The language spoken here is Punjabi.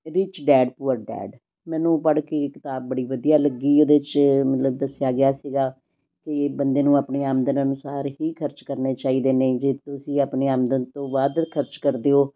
ਰਿਚ ਡੈਡ ਪੂਅਰ ਡੈਡ ਮੈਨੂੰ ਪੜ੍ਹ ਕੇ ਇਹ ਕਿਤਾਬ ਬੜੀ ਵਧੀਆ ਲੱਗੀ ਉਹਦੇ 'ਚ ਮਤਲਬ ਦੱਸਿਆ ਗਿਆ ਸੀਗਾ ਕਿ ਬੰਦੇ ਨੂੰ ਆਪਣੀ ਆਮਦਨ ਅਨੁਸਾਰ ਹੀ ਖ਼ਰਚ ਕਰਨੇ ਚਾਹੀਦੇ ਨੇ ਜੇ ਤੁਸੀਂ ਆਪਣੇ ਆਮਦਨ ਤੋਂ ਵੱਧ ਖ਼ਰਚ ਕਰਦੇ ਹੋ